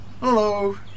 Hello